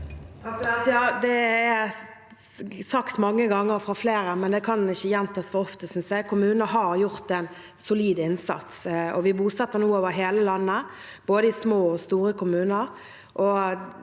Det er sagt mange ganger fra flere, men det kan ikke gjentas for ofte, synes jeg: Kommunene har gjort en solid innsats, og vi bosetter nå over hele landet, i både små og store kommuner.